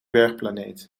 dwergplaneet